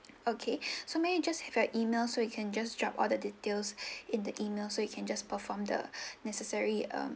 okay so may we just have your email so we can just drop all the details in the email so you can just perform the necessary um